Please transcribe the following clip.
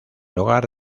hogar